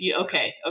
Okay